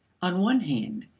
on one hand,